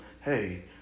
hey